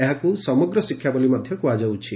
ଏହାକୁ ସମଗ୍ର ଶିକ୍ଷା ବୋଲି କୁହାଯାଉଛି